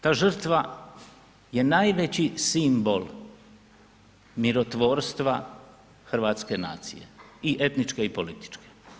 Ta žrtva je najveći simbol mirotvorstva hrvatske nacije i etničke i političke.